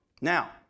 Now